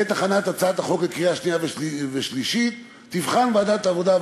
בעת הכנת הצעת החוק לקריאה שנייה ושלישית תבחן ועדת העבודה,